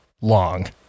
long